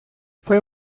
fue